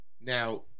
Now